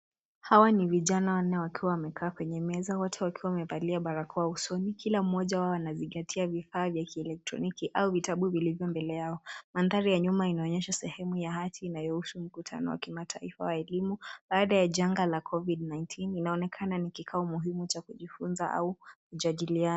Hawa ni vijana wanne wakiwa wamekaa kwenye meza wote wakiwa wamevalia barakoa usoni. Kila mmoja wao anazingatia vifaa vya kielektroniki au vitabu vilivyo mbele yao. Mandhari ya nyuma inaonyesha sehemu ya hati inayoruhusu mkutano wa kimataifa wa elimu, baada ya janga la (cs) covid_19 (CS), inaonekana ni kikao muhimu cha kujifunza au kujadiliana.